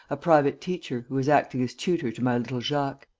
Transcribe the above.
a private teacher, who is acting as tutor to my little jacques.